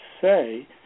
say